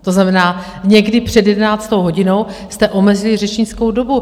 To znamená, někdy před jedenáctou hodinou jste omezili řečnickou dobu.